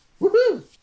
Woohoo